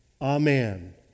Amen